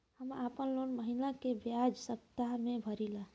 हम आपन लोन महिना के बजाय सप्ताह में भरीला